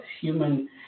human